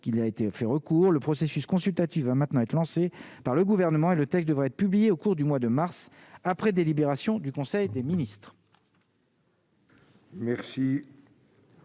a été fait recours le processus consultatif va maintenant être lancé par le gouvernement et le texte devrait être publié au cours du mois de mars, après délibération du conseil des ministres. Merci.